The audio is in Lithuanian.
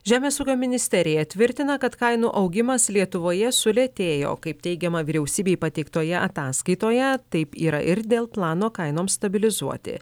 žemės ūkio ministerija tvirtina kad kainų augimas lietuvoje sulėtėjo kaip teigiama vyriausybei pateiktoje ataskaitoje taip yra ir dėl plano kainoms stabilizuoti